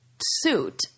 suit